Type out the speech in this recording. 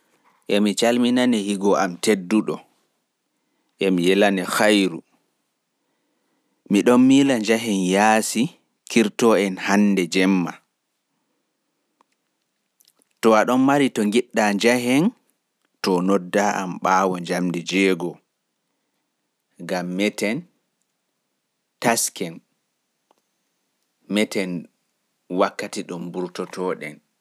Emi salminane higo am tedduɗo, emi yelane khairuuji. Emi ɗon miila njahen yaasi kirto-en hannde jemma. To a mari to ngiɗɗaa njahen too nodda-am to lennguru am ɓaawo njamdi jego'o gam meten tasken.